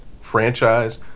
franchise